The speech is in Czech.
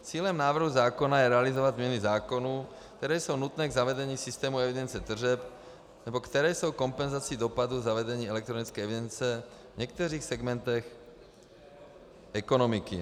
Cílem návrhu zákona je realizovat změny zákonů, které jsou nutné k zavedení systému evidence tržeb nebo které jsou kompenzací dopadu zavedení elektronické evidence v některých segmentech ekonomiky.